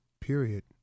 period